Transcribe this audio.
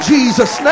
Jesus